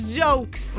jokes